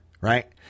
right